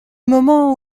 moments